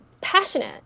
passionate